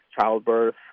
childbirth